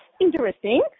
interesting